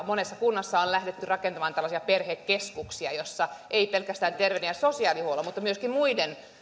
monessa kunnassa on lähdetty rakentamaan tällaisia perhekeskuksia joissa on ei pelkästään terveyden ja sosiaalihuollon vaan myöskin muiden